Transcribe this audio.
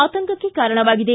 ಆತಂಕಕ್ಕೆ ಕಾರಣವಾಗಿದೆ